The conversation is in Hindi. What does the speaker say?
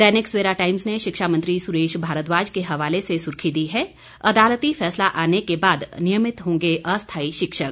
दैनिक सवेरा टाइम्स ने शिक्षा मंत्री सुरेश भारद्वाज के हवाले से सुर्खी दी है अदालती फैसला आने के बाद नियमित होंगे अस्थायी शिक्षक